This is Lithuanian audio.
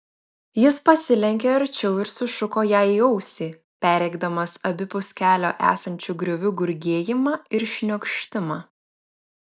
jis pasilenkė arčiau ir sušuko jai į ausį perrėkdamas abipus kelio esančių griovių gurgėjimą ir šniokštimą